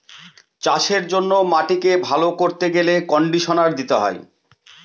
চাষের জন্য মাটিকে ভালো করতে গেলে কন্ডিশনার দিতে হয়